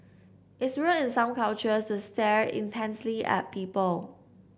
it's rude in some cultures to stare intensely at people